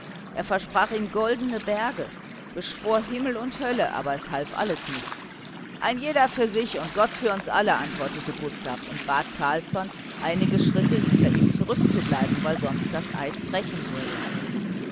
er versprach ihm goldene berge beschwor himmel und hölle aber es half alles nichts ein jeder für sich und gott für uns alle antwortete gustav und bat carlsson einige schritte hinter ihm zurückzubleiben weil sonst das eis brechen würde